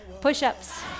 push-ups